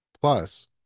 Plus